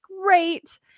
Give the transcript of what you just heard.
great